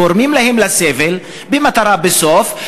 גורמים להן סבל במטרה בסוף,